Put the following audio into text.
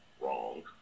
wrong